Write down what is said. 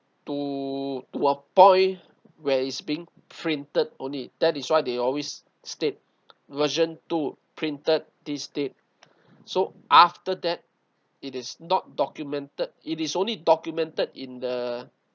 to to a point where it's being printed only that is why they always state version two printed this date so after that it is not documented it is only documented in the